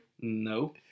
No